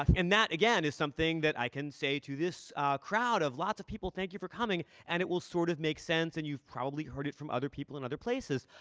and that, again, is something that i can say to this crowd of lots of people thank you for coming and it will sort of make sense. and you've probably heard it from other people in other places.